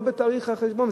לא בתאריך החשבון,